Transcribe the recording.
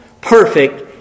perfect